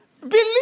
Believe